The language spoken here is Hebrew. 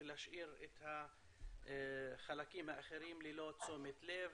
ולהשאיר את החלקים האחרים ללא תשומת לב.